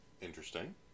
Interesting